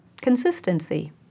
consistency